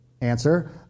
answer